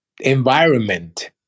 environment